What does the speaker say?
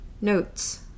Notes